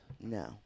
No